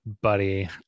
buddy